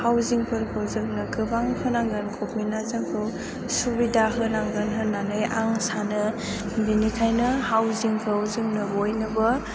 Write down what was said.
हाउसिंफोरखौ जोंनो गोबां होनांगोन गभर्नमेन्टआ जोंखौ सुबिदा होनांगोन होननानै आं सानो बेनिखायनो हाउसिंखौ जोंनो बयनोबो